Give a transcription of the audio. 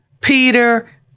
Peter